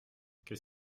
qu’est